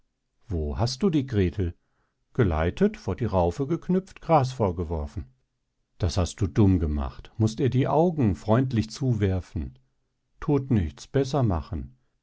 wo hast du die grethel geleitet vor die raufe geknüpft gras vorgeworfen das hast du dumm gemacht mußt ihr die augen freundlich zuwerfen thut nichts besser machen